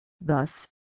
Thus